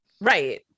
Right